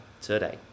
today